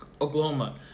Oklahoma